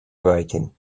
writing